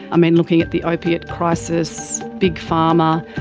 i mean, looking at the opiate crisis, big pharma,